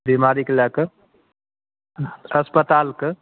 बिमारी के लए कऽ अस्पतालके